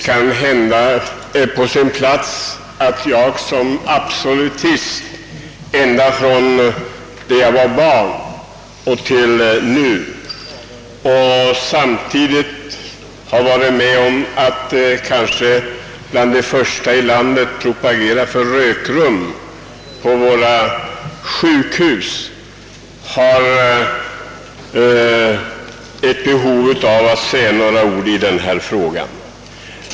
Kanhända är det på sin plats att jag som absolutist ända från barnaåren och kanske också som en av de första i landet som propagerat för rökrum på sjukhusen säger några ord i denna fråga.